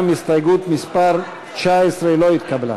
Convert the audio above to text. גם הסתייגות מס' 19 לא התקבלה.